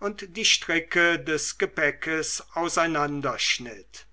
und die stricke des gepäckes auseinanderschnitt